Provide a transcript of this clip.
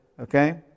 okay